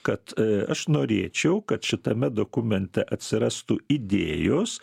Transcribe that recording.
kad a aš norėčiau kad šitame dokumente atsirastų idėjos